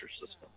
system